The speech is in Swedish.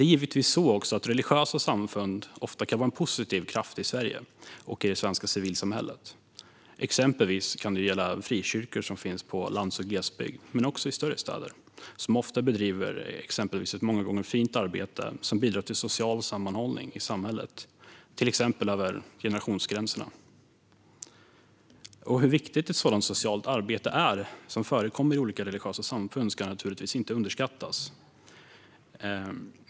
Religiösa samfund kan givetvis ofta också vara en positiv kraft i Sverige och det svenska civilsamhället. Exempelvis kan det gälla frikyrkor som finns på landsbygd och i glesbygd, men också i större städer, som ofta bedriver ett fint arbete som bidrar till social sammanhållning i samhället över generationsgränser. Hur viktigt sådant socialt arbete som förekommer i olika religiösa samfund är ska naturligtvis inte underskattas.